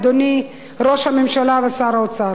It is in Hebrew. אדוני ראש הממשלה ושר האוצר.